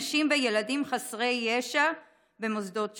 נשים וילדים חסרי ישע במוסדות שונים.